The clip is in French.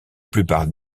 plupart